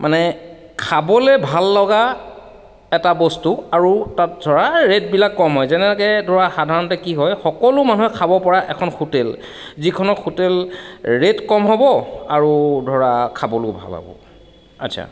মানে খাবলৈ ভাল লগা এটা বস্তু আৰু তাত ধৰা ৰে'টবিলাক কম হয় যেনেকৈ ধৰা সাধাৰণতে কি হয় সকলো মানুহে খাব পৰা এখন হোটেল যিখনক হোটেল ৰে'ট কম হ'ব আৰু ধৰা খাবলৈও ভাল হ'ব আচ্ছা